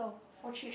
oh cheap